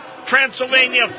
Transylvania